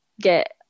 get